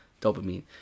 dopamine